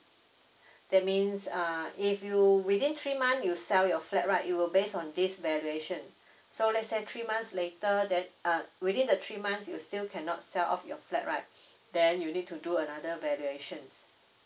that means uh if you within three months you sell your flat right you will based on this valuation so let's say three months later that uh within the three months you still cannot sell off your flat right then you need to do another valuation